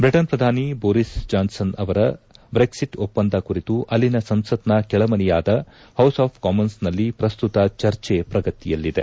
Britain ಪ್ರಧಾನಿ Boris Johnson ಅವರ Brexit ಒಪ್ಪಂದ ಕುರಿತು ಅಲ್ಲಿನ ಸಂಸತ್ನ ಕೆಳಮನೆಯಾದ ಹೌಸ್ ಆಫ್ ಕಾಮನ್ಸ್ನಲ್ಲಿ ಪ್ರಸ್ತುತ ಚರ್ಚೆ ಪ್ರಗತಿಯಲ್ಲಿದೆ